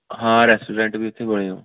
ਹਾਂ ਰੈਸਟੋਰੈਂਟ ਵੀ ਉੱਥੇ ਬਣਿਆ